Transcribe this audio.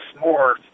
more